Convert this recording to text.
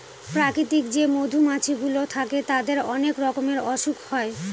প্রাকৃতিক যে মধুমাছি গুলো থাকে তাদের অনেক রকমের অসুখ হয়